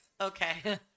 Okay